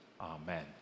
amen